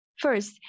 First